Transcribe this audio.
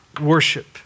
worship